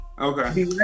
Okay